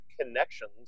connections